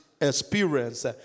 experience